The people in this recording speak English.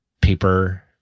paper